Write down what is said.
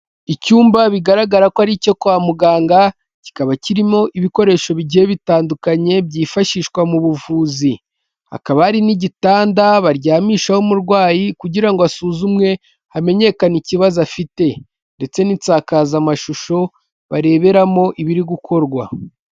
Icyumba bigaragara ko ari icyo kwa muganga kikaba kirimo ibikoresho bigiye bitandukanye byifashishwa mu buvuzi, hakaba hari n'igitanda baryamishaho umurwayi kugira ngo asuzumwe hamenyekane ikibazo afite ndetse n'isakazamashusho bareberamo ibiri gukorwa.